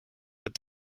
but